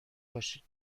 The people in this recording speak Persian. باشید